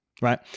right